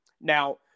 Now